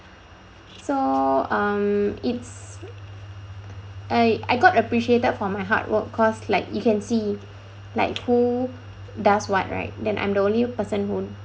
so um it's I I got appreciated for my hard work cause like you can see like who does what right then I'm the only person who